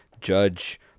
judge